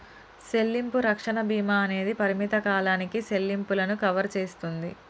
సెల్లింపు రక్షణ భీమా అనేది పరిమిత కాలానికి సెల్లింపులను కవర్ సేస్తుంది